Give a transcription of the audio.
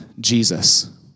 Jesus